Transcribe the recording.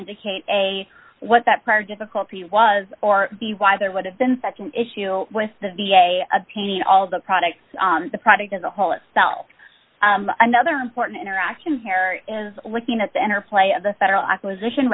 indicate a what that prior difficulty was or b why there would have been such an issue with the v a obtaining all of the products the product as a whole itself another important interaction here is looking at the interplay of the federal acquisition